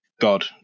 God